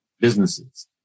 businesses